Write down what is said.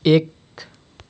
एक